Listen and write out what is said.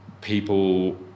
people